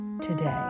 today